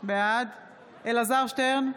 בעד אלעזר שטרן,